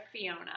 Fiona